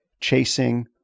chasing